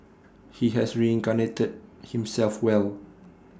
he has reincarnated himself well